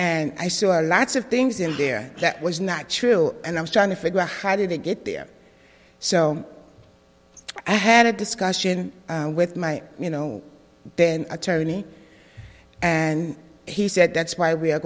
and i saw lots of things in there that was not true and i was trying to figure out how did it get there so i had a discussion with my you know attorney and he said that's why we are